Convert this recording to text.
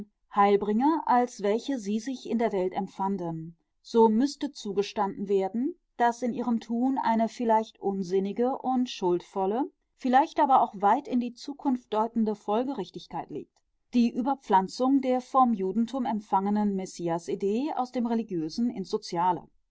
utopisten heilbringer als welche sie sich in der welt empfanden so müßte zugestanden werden daß in ihrem tun eine vielleicht unsinnige und schuldvolle vielleicht aber auch weit in die zukunft deutende folgerichtigkeit liegt die überpflanzung der vom judentum empfangenen messiasidee aus dem religiösen ins